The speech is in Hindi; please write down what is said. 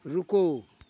रुको